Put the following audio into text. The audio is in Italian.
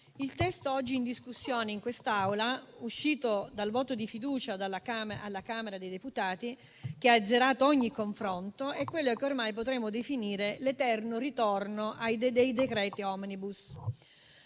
il testo oggi in discussione in quest'Aula, uscito dal voto di fiducia alla Camera dei deputati, che ha azzerato ogni confronto, è quello è che ormai potremmo definire l'eterno ritorno ai decreti *omnibus*.